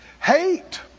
hate